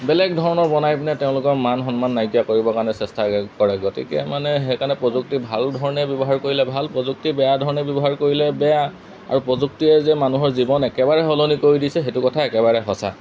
বেলেগ ধৰণৰ বনাই পিনে তেওঁলোকৰ মান সন্মান নাইকিয়া কৰিবৰ কাৰণে চেষ্টা কৰে গতিকে মানে সেইকাৰণে প্ৰযুক্তি ভাল ধৰণে ব্যৱহাৰ কৰিলে ভাল প্ৰযুক্তি বেয়া ধৰণে ব্যৱহাৰ কৰিলে বেয়া আৰু প্ৰযুক্তিয়ে যে মানুহৰ জীৱন একেবাৰে সলনি কৰি দিছে সেইটো কথা একেবাৰে সঁচা